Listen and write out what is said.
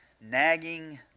nagging